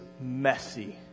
messy